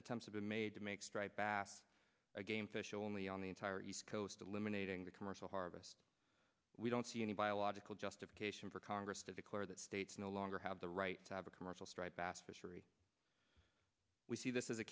tends to be made to make striped bass a game fish only on the entire east coast eliminating the commercial harvest we don't see any biological justification for congress to declare that states no longer have the right to have a commercial striped bass fishery we see this is a